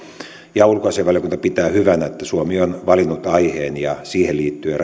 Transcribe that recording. ja ulkoasiainvaliokunta pitää hyvänä että suomi on valinnut aiheen ja siihen liittyen